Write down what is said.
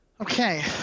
Okay